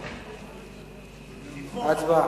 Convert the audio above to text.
הצבעה.